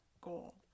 goal